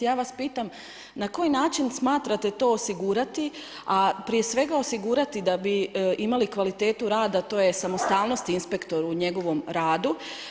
Ja vas pitam, na koji način smatrate to osigurati, a prije svega osigurati da bi imali kvalitetu rada, to je samostalnost inspektora u njegovom radu.